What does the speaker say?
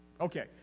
Okay